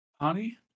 Honey